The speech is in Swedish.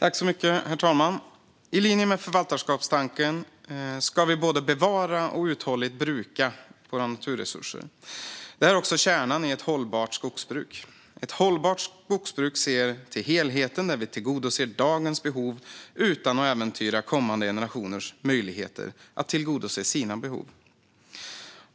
Herr talman! I linje med förvaltarskapstanken ska vi både bevara och uthålligt bruka våra naturresurser. Det här är också kärnan i ett hållbart skogsbruk. Ett hållbart skogsbruk ser till helheten när vi tillgodoser dagens behov utan att äventyra kommande generationers möjligheter att tillgodose sina behov.